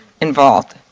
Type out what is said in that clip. involved